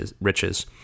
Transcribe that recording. riches